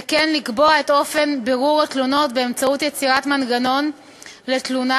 וכן לקבוע את אופן בירור התלונות באמצעות יצירת מנגנון לתלונה,